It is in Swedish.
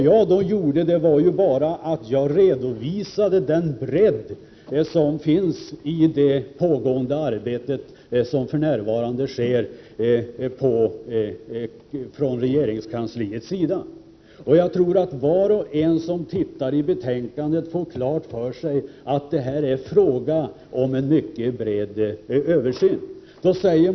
Jag redovisade ju för den bredd som finns i det arbete som för närvarande pågår inom regeringskansliet. Var och en som läser i betänkandet får nog klart för sig att det är fråga om en mycket bred översyn.